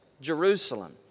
Jerusalem